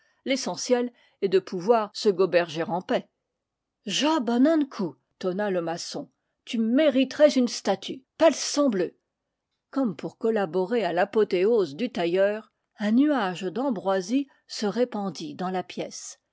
l'essentiel est de pouvoir se goberger en paix job an ankou tonna le maçon tu mériterais une statue palsambleu comme pour collaborer à l'apothéose du tailleur un nuage d'ambroisie se répandit dans la pièce